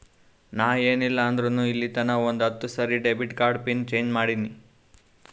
ನಾ ಏನ್ ಇಲ್ಲ ಅಂದುರ್ನು ಇಲ್ಲಿತನಾ ಒಂದ್ ಹತ್ತ ಸರಿ ಡೆಬಿಟ್ ಕಾರ್ಡ್ದು ಪಿನ್ ಚೇಂಜ್ ಮಾಡಿನಿ